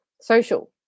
social